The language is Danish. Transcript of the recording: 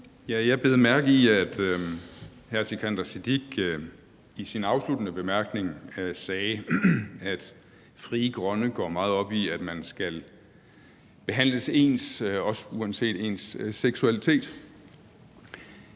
Jeg bed mærke i, at hr. Sikandar Siddique i sin afsluttende bemærkning sagde, at Frie Grønne går meget op i, at man skal behandles ens uanset ens seksualitet.